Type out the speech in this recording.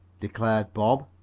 declared bob.